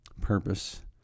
purpose